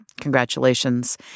congratulations